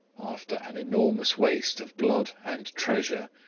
after an enormous waste of blood and treasure,